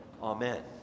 Amen